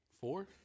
Four